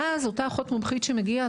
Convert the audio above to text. ואז אותה אחות מומחית שמגיעה,